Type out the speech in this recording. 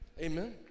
Amen